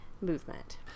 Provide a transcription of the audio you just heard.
movement